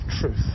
truth